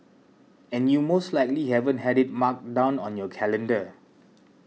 and you most likely haven't had it marked down on your calendar